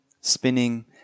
spinning